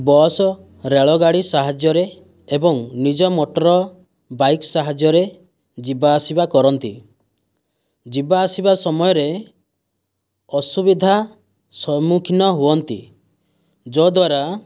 bus ରେଳଗାଡ଼ି ସାହାଯ୍ୟରେ ଏବଂ ନିଜ ମୋଟର ବାଇକ୍ ସାହାଯ୍ୟରେ ଯିବା ଆସିବା କରନ୍ତି ଯିବା ଆସିବା ସମୟରେ ଅସୁବିଧା ସମ୍ମୁଖୀନ ହୁଅନ୍ତି ଯଦ୍ଵାରା